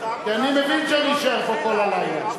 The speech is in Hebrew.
כי אני מבין שאני אשאר פה כל הלילה.